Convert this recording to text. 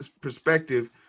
perspective